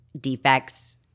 defects